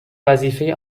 وظیفه